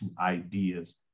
ideas